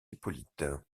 hippolyte